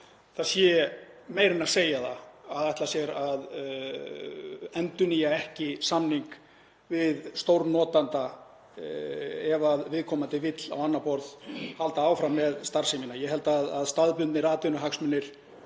það sé meira en að segja það að ætla sér að endurnýja ekki samning við stórnotanda ef viðkomandi vill á annað borð halda áfram með starfsemina. Ég held að staðbundnir atvinnuhagsmunir